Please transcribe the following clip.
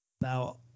Now